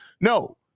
No